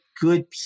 good